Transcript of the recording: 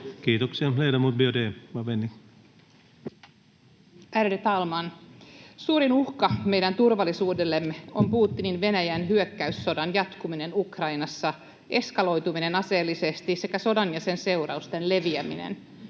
vänlig. Ärade talman! Suurin uhka meidän turvallisuudellemme on Putinin Venäjän hyökkäyssodan jatkuminen Ukrainassa ja eskaloituminen aseellisesti sekä sodan ja sen seurausten leviäminen.